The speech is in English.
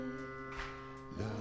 Love